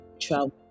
travel